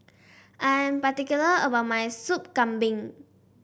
I am particular about my Sup Kambing